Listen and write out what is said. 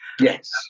Yes